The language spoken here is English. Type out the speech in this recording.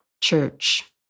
church